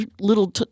little